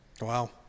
Wow